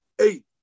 eight